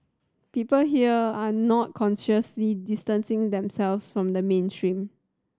people here are not consciously distancing themselves from the mainstream